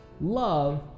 Love